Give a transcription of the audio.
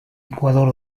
ecuador